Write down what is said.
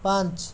पाँच